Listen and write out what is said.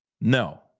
No